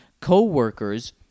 co-workers